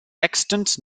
extant